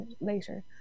later